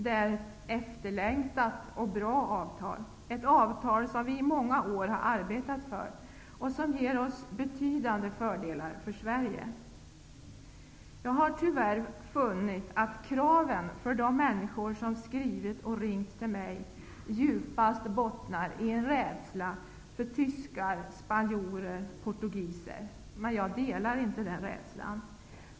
Det är ett efterlängtat och bra avtal, ett avtal som vi i många år har arbetat för och som ger betydande fördelar för Sverige. Kraven från de människor som skrivit och ringt till mig bottnar tyvärr djupast i rädsla för tyskar, spanjorer och portugiser, men jag delar inte den rädslan.